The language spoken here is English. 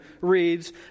reads